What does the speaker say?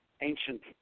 ancient